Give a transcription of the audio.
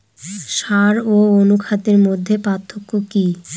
সার ও অনুখাদ্যের মধ্যে পার্থক্য কি?